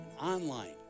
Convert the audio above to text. online